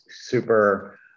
super